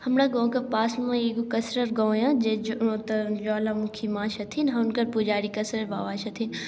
हमरा गाँवके पासमे एगो कस्टर गाँव यऽ जे ओतऽ ज्वालामुखी माँ छथिन हुनकर पुजारी कसर बाबा छथिन